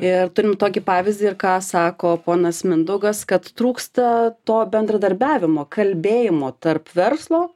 ir turim tokį pavyzdį ir ką sako ponas mindaugas kad trūksta to bendradarbiavimo kalbėjimo tarp verslo